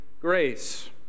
grace